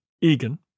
Egan